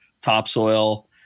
topsoil